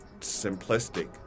simplistic